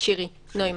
תקשיבי,